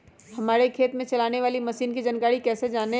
हमारे खेत में चलाने वाली मशीन की जानकारी कैसे जाने?